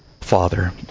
father